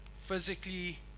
physically